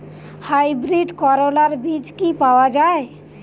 Hybrid করলার বীজ কি পাওয়া যায়?